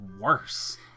worse